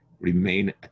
remain